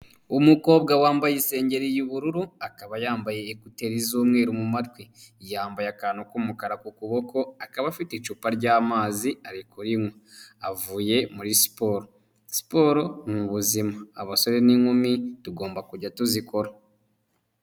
Umukobwa wambaye isengeri y'ubururu, akaba yambaye ekuteri z'umweru mu matwi, yambaye akantu k'umukara ku kuboko, akaba afite icupa ry'amazi ari kurinywa avuye muri siporo. Siporoni ubuzima, abasore n'inkumi tugomba kujya tuzikora.